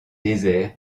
désert